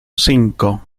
cinco